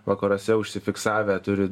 vakaruose užsifiksavę turi